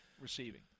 receiving